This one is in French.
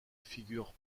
figurent